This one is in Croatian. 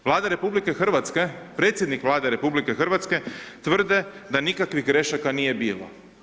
Vlada RH, predsjednik Vlade RH tvrde da nikakvih grešaka nije bilo.